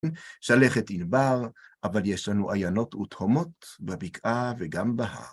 שלכת ענבר, אבל יש לנו עיינות ותהומות בבקעה וגם בהר.